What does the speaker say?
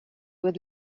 would